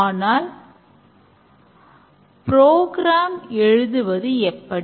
ஆனால் ப்ரோக்ராம் எழுதுவது எப்படி